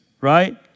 right